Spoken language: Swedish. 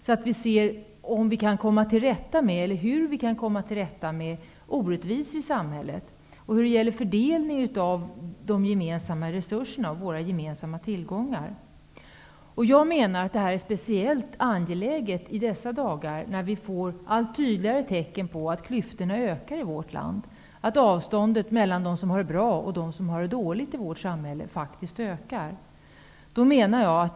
Då kan vi se hur vi kan komma till rätta med orättvisor i samhället. Det gäller fördelningen av de gemensamma resurserna, våra gemensamma tillgångar. Jag menar att det är speciellt angeläget i dessa dagar, när vi får allt tydligare tecken på att klyftorna i vårt land ökar och att avståndet faktiskt ökar mellan dem i samhället som har det bra och dem som har det dåligt.